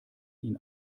ihn